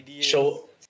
show